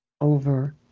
over